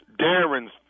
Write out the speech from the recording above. Darren's